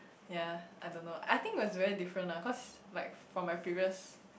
ya I don't know I think was very different lah cause like from my previous